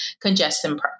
congestion